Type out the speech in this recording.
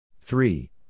three